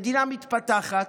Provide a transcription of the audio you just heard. מדינה מתפתחת,